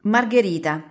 Margherita